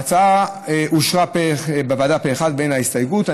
ההצעה אושרה בוועדה פה אחד ואין לה הסתייגויות.